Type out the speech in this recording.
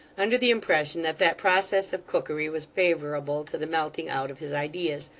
under the impression that that process of cookery was favourable to the melting out of his ideas,